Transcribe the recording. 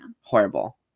Horrible